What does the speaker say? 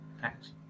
thanks